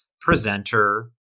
presenter